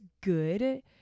good